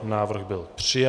Návrh byl přijat.